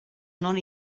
non